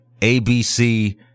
ABC